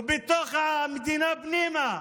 ובתוך המדינה פנימה,